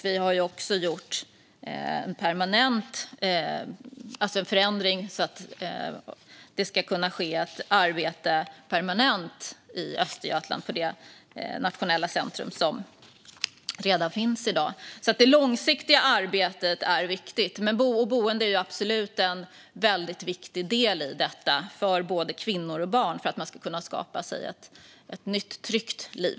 Vi har också gjort en permanent förändring så att arbetet på detta nationella centrum ska kunna göras permanent. Det långsiktiga arbetet är viktigt, men boende är absolut en väldigt viktig del i detta för både kvinnor och barn för att man ska kunna skapa sig ett nytt, tryggt liv.